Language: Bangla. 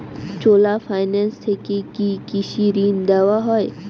চোলা ফাইন্যান্স থেকে কি কৃষি ঋণ দেওয়া হয়?